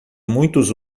muitos